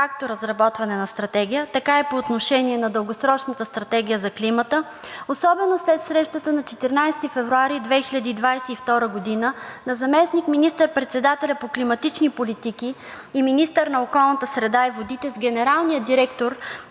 както разработване на Стратегията, така и по отношение на Дългосрочната стратегия за климата, особено след срещата на 14 февруари 2022 г. на заместник министър-председателя по климатични политики и министър на околната среда и водите с генералния директор